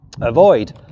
avoid